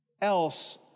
else